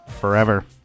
forever